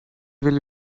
will